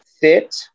Fit